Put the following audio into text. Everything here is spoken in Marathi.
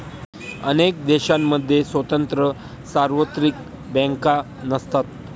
अनेक देशांमध्ये स्वतंत्र सार्वत्रिक बँका नसतात